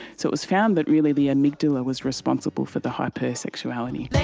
so it was found that really the amygdala was responsible for the hypersexuality.